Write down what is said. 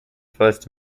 first